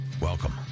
Welcome